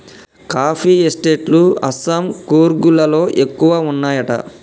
coffee estate లు అస్సాం, కూర్గ్ లలో ఎక్కువ వున్నాయట